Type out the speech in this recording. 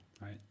right